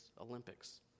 Olympics